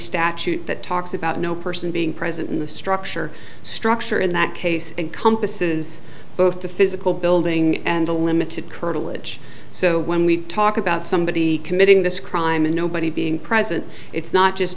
statute that talks about no person being present in the structure structure in that case and compass is both the physical building and the limited curtilage so when we talk about somebody committing this crime and nobody being present it's not just